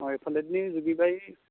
অ এইফালেদি